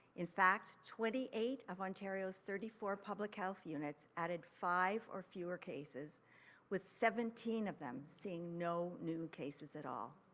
in fact, twenty eight of ontario's thirty four public health units added five or fewer cases with seventeen of them saying no new cases at all.